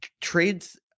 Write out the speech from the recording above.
Trades